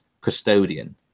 custodian